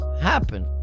happen